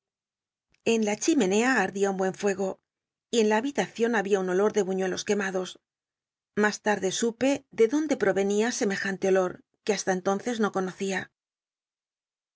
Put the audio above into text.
en la chimenea ardia un buen fuc o y en la habitacion habia un olor como de huiiuelos quemados as larde supe de donde provenia semejante olor que hasta entonces no conocia